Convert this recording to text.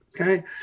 Okay